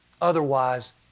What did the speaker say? Otherwise